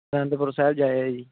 ਅਨੰਦਪੁਰ ਸਾਹਿਬ ਜਾ ਆਇਓ ਜੀ